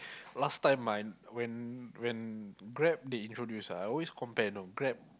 last time my when when Grab they introduced ah I always compare you know Grab